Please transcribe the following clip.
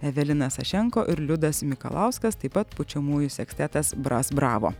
evelina sašenko ir liudas mikalauskas taip pat pučiamųjų sekstetas bras bravo